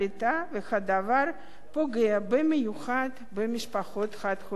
והדבר פוגע במיוחד במשפחות חד-הוריות.